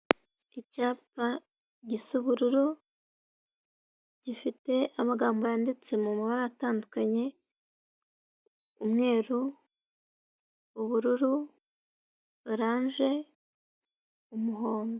Icyapa gisa ubururu gifite amagambo yanditse mu mabara atandukanye umweru, ubururu, oranje, umuhondo.